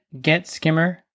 GetSkimmer